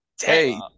Hey